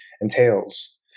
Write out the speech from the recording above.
entails